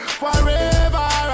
forever